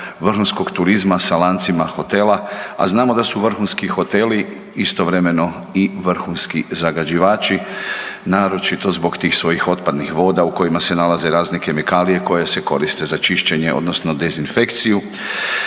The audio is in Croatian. vrhunskog turizma sa lancima hotela, a znamo da su vrhunski hoteli istovremeno i vrhunski zagađivači, naročito zbog tih svojih otpadnih voda u kojima se nalaze razne kemikalije koje se koriste za čišćenje, odnosno dezinfekciju.